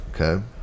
Okay